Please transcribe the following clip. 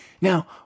Now